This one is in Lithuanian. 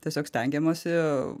tiesiog stengiamasi